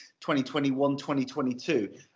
2021-2022